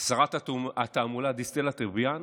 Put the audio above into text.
שרת התעמולה דיסטל אטבריאן,